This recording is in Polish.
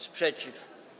Sprzeciw.